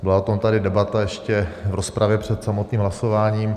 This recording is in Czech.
Byla tady o tom debata ještě v rozpravě před samotným hlasováním.